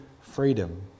freedom